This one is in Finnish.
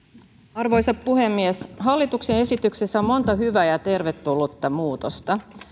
arvoisa puhemies hallituksen esityksessä on monta hyvää ja tervetullutta muutosta